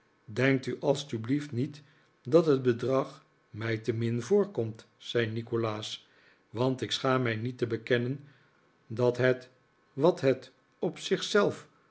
denkt u alstublieft niet dat het bedrag mij te min voorkomt zei nikolaas want ik schaam mij niet te bekennen dat het wat het op